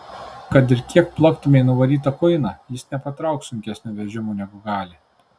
kad ir kiek plaktumei nuvarytą kuiną jis nepatrauks sunkesnio vežimo negu gali